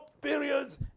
periods